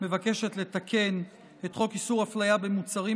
מבקשת לתקן את חוק איסור הפליה במוצרים,